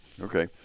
okay